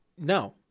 No